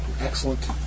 Excellent